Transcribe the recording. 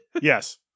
Yes